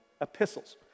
epistles